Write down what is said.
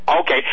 Okay